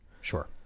Sure